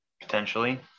potentially